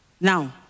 Now